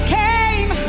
came